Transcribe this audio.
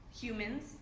Humans